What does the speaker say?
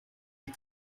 est